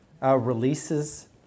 releases